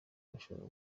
ushobora